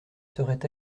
seraient